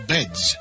Beds